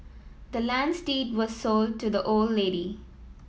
the land's deed was sold to the old lady